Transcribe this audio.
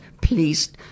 please